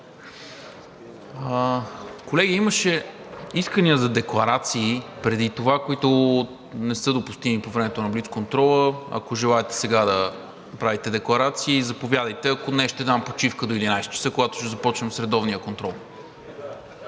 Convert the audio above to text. Колеги, имаше искания за декларации преди това, които не са допустими по времето на блицконтрола. Ако желаете сега да направите декларации, заповядайте. Ако не, ще дам почивка до 11,00 ч., когато ще започнем с редовния контрол.